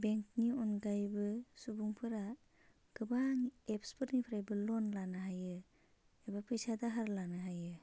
बेंकनि अनगायैबो सुबुंफोरा गोबां एप्सफोरनिफ्रायबो लन लानो हायो एबा फैसा दाहार लानो हायो